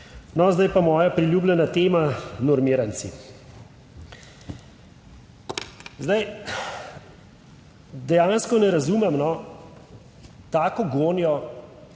zdaj pa moja priljubljena tema normiranci. Zdaj dejansko ne razumem tako gonjo